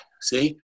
See